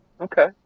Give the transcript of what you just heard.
Okay